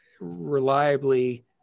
reliably